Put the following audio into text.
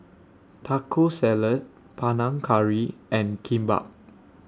Taco Salad Panang Curry and Kimbap